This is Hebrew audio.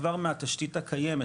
כבר מהתשתית הקיימת,